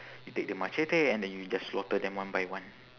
you take the machete and then you just slaughter them one by one